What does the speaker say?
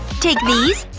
take these.